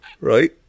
right